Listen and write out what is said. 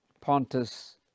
Pontus